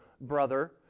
brother